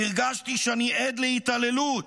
'הרגשתי שאני עד להתעללות'.